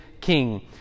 king